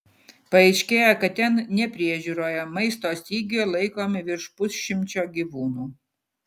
paaiškėjo kad ten nepriežiūroje maisto stygiuje laikomi virš pusšimčio gyvūnų